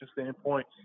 standpoint